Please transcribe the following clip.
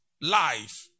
life